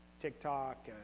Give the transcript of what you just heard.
TikTok